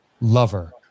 Lover